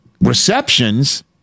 receptions